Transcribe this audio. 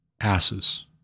asses